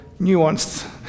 nuanced